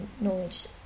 knowledge